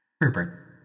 Rupert